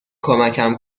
کمکم